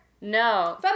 No